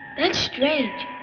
that's strange.